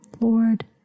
Lord